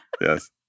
Yes